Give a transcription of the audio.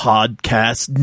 Podcast